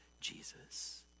Jesus